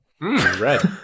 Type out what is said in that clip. right